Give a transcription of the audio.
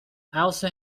also